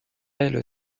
elle